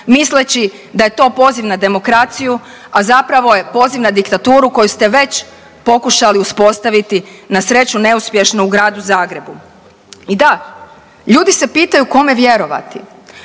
misleći da je to poziv na demokraciju, a zapravo je poziv na diktaturu koju ste već pokušali uspostaviti, na sreću neuspješno u gradu Zagrebu. I da, ljudi se pitaju kome vjerovati,